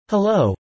Hello